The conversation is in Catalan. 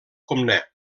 comnè